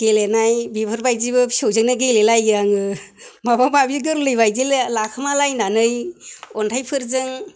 गेलेनाय बेफोरबायदिबो फिसौजोंनो गेलेलायो आङो माबा माबि गोरलै बायदि लाखोमालायनानै अन्थाइफोरजों